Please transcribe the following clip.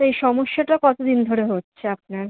এই সমস্যাটা কত দিন ধরে হচ্ছে আপনার